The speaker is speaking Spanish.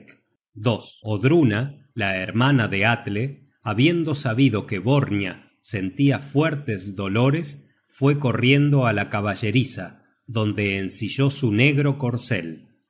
de heidrek odruna la hermana de atle habiendo sabido que borñia sentia fuertes dolores fue corriendo á la caballeriza donde ensilló su negro corcel